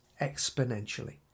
exponentially